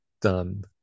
done